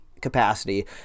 capacity